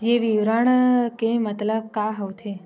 ये विवरण के मतलब का होथे?